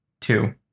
two